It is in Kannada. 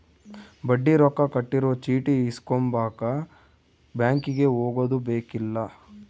ಬಡ್ಡಿ ರೊಕ್ಕ ಕಟ್ಟಿರೊ ಚೀಟಿ ಇಸ್ಕೊಂಬಕ ಬ್ಯಾಂಕಿಗೆ ಹೊಗದುಬೆಕ್ಕಿಲ್ಲ